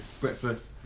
breakfast